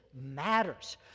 matters